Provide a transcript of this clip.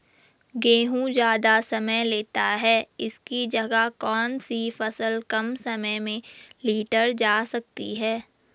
गेहूँ ज़्यादा समय लेता है इसकी जगह कौन सी फसल कम समय में लीटर जा सकती है?